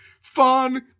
fun